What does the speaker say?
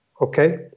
okay